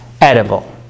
edible